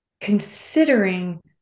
considering